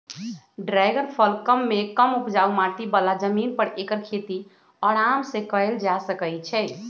dragon फल कम मेघ कम उपजाऊ माटी बला जमीन पर ऐकर खेती अराम सेकएल जा सकै छइ